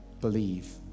believe